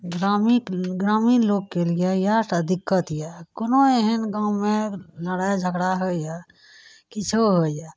ग्रामीत ग्रामीण लोकके लिए इएहटा दिक्कत यऽ कोनो एहन गाममे लड़ाइ झगड़ा होइ यऽ किछो होइ यऽ